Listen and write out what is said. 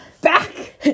Back